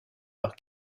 par